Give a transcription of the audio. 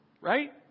Right